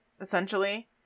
essentially